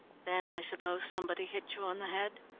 then i suppose somebody hit you on the head?